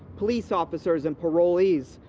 police officers and parolees,